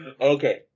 Okay